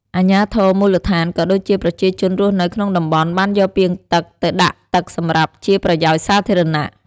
អាជ្ញាធរមូលដ្ឋាន ក៏ដូចជាប្រជាជនរស់នៅក្នុងតំបន់បានយកពាងទឹកទៅដាក់ទឹកសម្រាប់ជាប្រយោជន៍សាធារណៈ។